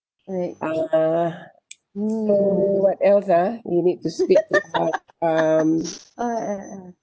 uh so what else ah we need to speak about um